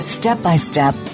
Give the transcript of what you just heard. Step-by-step